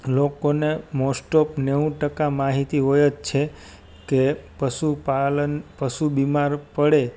લોકોને મોસટોપ નેવું ટકા માહિતી હોય જ છે તે પશુપાલન પશુ બીમાર પડે